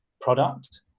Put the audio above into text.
product